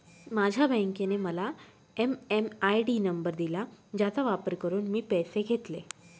माझ्या बँकेने मला एम.एम.आय.डी नंबर दिला ज्याचा वापर करून मी पैसे घेतले